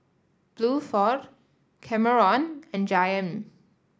Bluford Kameron and Jayme